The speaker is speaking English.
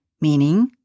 meaning